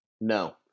No